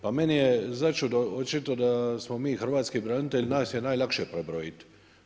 Pa meni je začudo očito da smo mi hrvatski branitelji, nas je najlakše prebrojiti.